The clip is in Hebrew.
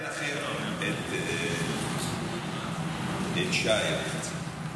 הלכתי לנחם את שי אבוחצירה.